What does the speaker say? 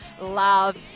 love